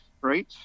right